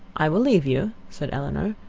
i will leave you, said elinor,